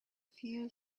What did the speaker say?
few